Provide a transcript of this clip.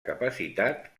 capacitat